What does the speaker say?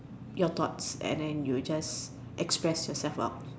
your thoughts and then you just express yourself up